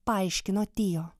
paaiškino tio